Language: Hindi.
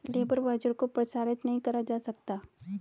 लेबर वाउचर को प्रसारित नहीं करा जा सकता